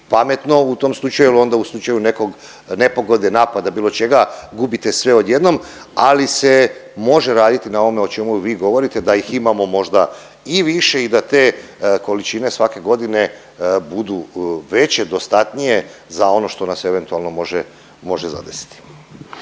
pametno u tom slučaju, jer onda u slučaju neke nepogode, napada, bilo čega gubite sve odjednom. Ali se može raditi na ovome o čemu vi govorite da ih imamo možda i više i da te količine svake godine budu veće, dostatnije za ono što nas eventualno može zadesiti.